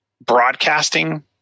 broadcasting